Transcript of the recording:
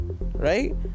right